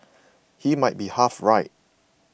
he might be half right